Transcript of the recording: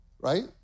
right